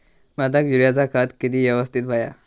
भाताक युरियाचा खत किती यवस्तित हव्या?